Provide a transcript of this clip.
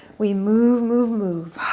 we move, move, move.